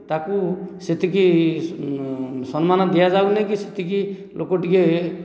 ତାକୁ ସେତିକି ସମ୍ମାନ ଦିଅ ଯାଉନାହିଁ କି ସେତିକି ଲୋକ ଟିକେ